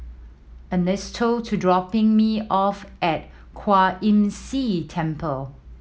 Ernesto to dropping me off at Kwan Imm See Temple